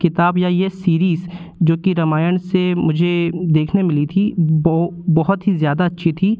किताब या यह सीरीज़ जो कि रामायण से मुझे देखने मिली थी वह बहुत ही ज़्यादा अच्छी थी